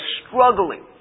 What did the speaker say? struggling